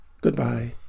Goodbye